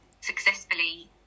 successfully